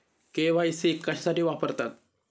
KYC कशासाठी वापरतात?